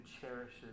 cherishes